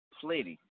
plenty